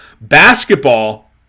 Basketball